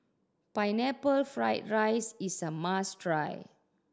Pineapple Fried rice is a must try